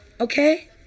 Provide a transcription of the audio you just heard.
Okay